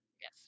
yes